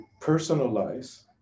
personalize